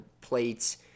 plates